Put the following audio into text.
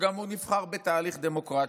שגם הוא נבחר בתהליך דמוקרטי,